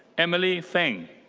emily feng.